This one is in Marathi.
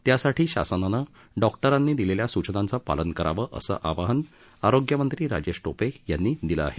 त्यासाठी शासनाने डॉक्टरांनी दिलेल्या सूचनांचे पालन करावे असे आवाहन आरोग्यमंत्री राजेश टोपे यांनी केले आहे